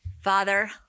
Father